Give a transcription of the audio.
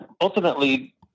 ultimately